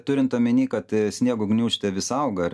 turint omeny kad sniego gniūžtė vis auga ar